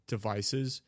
Devices